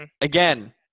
Again